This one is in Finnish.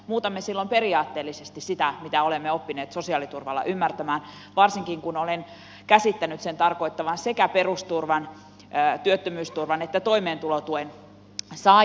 muutamme silloin periaatteellisesti sitä mitä olemme oppineet sosiaaliturvalla ymmärtämään varsinkin kun olen käsittänyt sen tarkoittavan sekä perusturvan työttömyysturvan että toimeentulotuen saajia